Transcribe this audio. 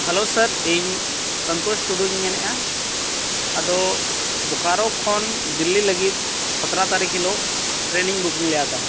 hello sir ᱤᱧ ᱥᱟᱱᱛᱳᱥ ᱴᱩᱰᱩᱧ ᱢᱮᱱᱮᱜᱼᱟ ᱟᱫᱚ ᱵᱳᱠᱟᱨᱳ ᱠᱷᱚᱱ ᱫᱤᱞᱞᱤ ᱞᱟᱹᱜᱤᱫ ᱥᱟᱛᱨᱟ ᱛᱟᱨᱤᱠᱷ ᱦᱤᱞᱳᱜ ᱴᱨᱮᱹᱱ ᱤᱧ ᱵᱩᱠᱤᱝ ᱞᱮᱜᱼᱟ ᱛᱟᱦᱮᱸᱫ